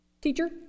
Teacher